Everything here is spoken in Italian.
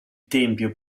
tempio